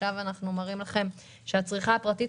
עכשיו אנחנו מראים לכם שהצריכה הפרטית